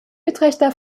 utrechter